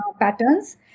patterns